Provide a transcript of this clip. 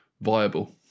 viable